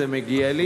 זה מגיע לי.